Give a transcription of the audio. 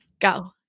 go